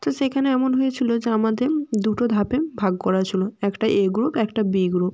তো সেখানে এমন হয়েছিলো যে আমাদের দুটো ধাপে ভাগ করা ছিল একটা এ গ্রুপ একটা বি গ্রুপ